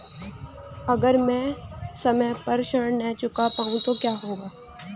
अगर म ैं समय पर ऋण न चुका पाउँ तो क्या होगा?